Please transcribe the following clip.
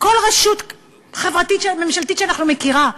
בכל רשות ממשלתית שאני מכירה,